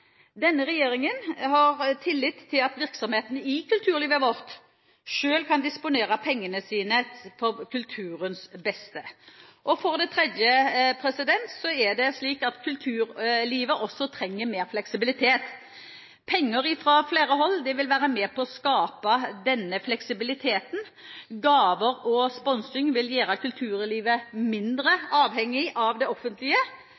Denne regjeringen har tillit til at virksomhetene i kulturlivet vårt selv kan disponere pengene sine til kulturens beste. For det tredje er det slik at kulturlivet også trenger mer fleksibilitet. Penger fra flere hold vil være med på å skape denne fleksibiliteten. Gaver og sponsing vil gjøre kulturlivet mindre avhengig av det offentlige,